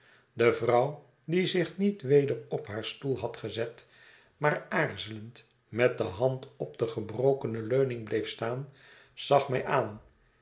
de vrouw die zich niet weder op haar stoel had gezet maar aarzelend met de hand op de gebrokene leuning bleef staan zag mij aan